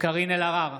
קארין אלהרר,